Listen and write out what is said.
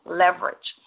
leverage